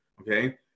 okay